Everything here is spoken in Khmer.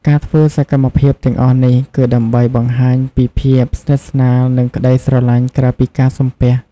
ការធ្វើសកម្មភាពទាំងអស់នេះ គឺដើម្បីបង្ហាញពីភាពស្និទ្ធស្នាល និងក្ដីស្រឡាញ់ក្រៅពីការសំពះ។